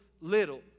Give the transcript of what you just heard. little